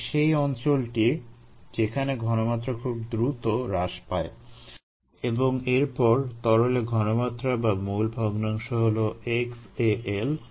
এটি সেই অঞ্চলটি যেখানে ঘনমাত্রা খুব দ্রুত হ্রাস পায় এবং এরপর তরলে ঘনমাত্রা বা মোল ভগ্নাংশ হলো xAL